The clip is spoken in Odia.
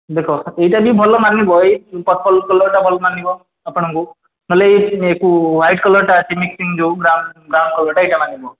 ଦେଖ ଏଇଟା ବି ଭଲ ମାନିବ ଏଇ ପର୍ପଲ୍ କଲର୍ଟା ଭଲ ମାନିବ ଆପଣଙ୍କୁ ନହେଲେ ଏକୁ ହ୍ୱାଇଟ୍ କଲର୍ଟା ଅଛି ମିକ୍ସିଂ ଯେଉଁ ବ୍ରାଉନ୍ ବ୍ରାଉନ୍ କଲର୍ଟା ଏଇଟା ମାନିବ